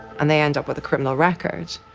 and they end up with a criminal record.